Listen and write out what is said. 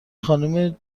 خانم